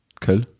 Cool